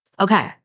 Okay